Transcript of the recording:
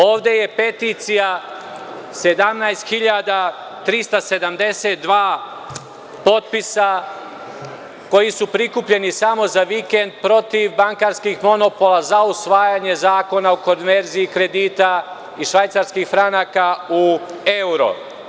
Ovde je peticija 17.372 potpisa koji su prikupljeni samo za vikend protiv bankarskih monopola za usvajanje zakona o konverziji kredita iz Švajcarskih franaka u euro.